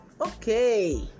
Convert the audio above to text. Okay